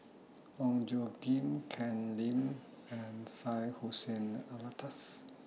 Ong Tjoe Kim Ken Lim and Syed Hussein Alatas